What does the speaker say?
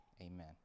Amen